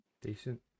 Decent